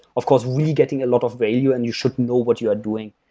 of course, we're getting a lot of value and you should know what you are doing.